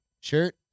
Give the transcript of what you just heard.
shirt